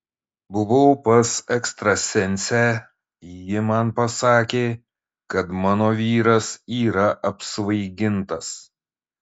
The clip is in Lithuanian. buvau pas ekstrasensę ji man pasakė kad mano vyras yra apsvaigintas